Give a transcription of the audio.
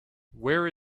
where